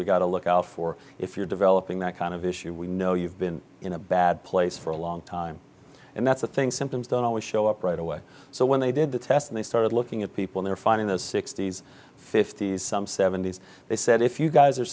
we've got to look out for if you're developing that kind of issue we know you've been in a bad place for a long time and that's the thing symptoms don't always show up right away so when they did the test and they started looking at people they're fine in the sixty's fifty's some seventy's they said if you guys are